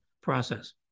process